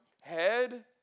head